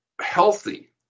healthy